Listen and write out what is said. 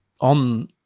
on